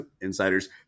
insiders